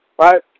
right